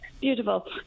Beautiful